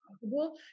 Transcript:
possible